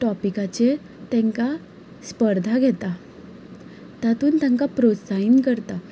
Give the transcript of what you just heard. टॉपिकाचेर तांकां स्पर्धा घेता तातूंन तांकां प्रोत्साहीन करता